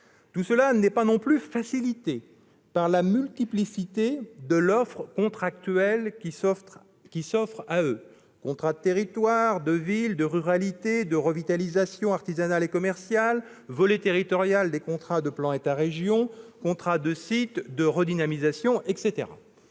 Tout cela n'est pas non plus facilité par la multiplicité de l'offre contractuelle qui leur est proposée : contrats de territoire, de ville, de ruralité, de revitalisation artisanale et commerciale, volet territorial des contrats de plan État-régions, contrats de site, de redynamisation, etc.